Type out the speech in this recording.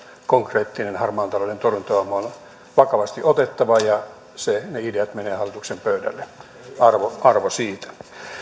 konkreettinen harmaan talouden torjuntaohjelma on vakavasti otettava ja ne ideat menevät hallituksen pöydälle arvo arvo siitä